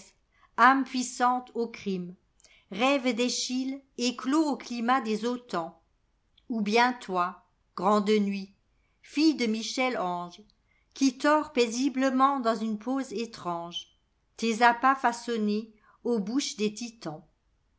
puissante au crime rêve d'eschyle éclos au climat des autans ou bien toi grande nuit fille de michel-ange qui tors paisiblement dans une pose étrangetes appas façonnés aux bouches des titans